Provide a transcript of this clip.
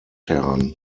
heran